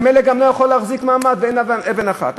וממילא זה לא יכול להחזיק מעמד ואין אבן אחת.